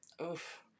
Oof